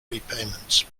repayments